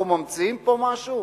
אנחנו ממציאים פה משהו?